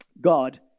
God